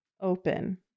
open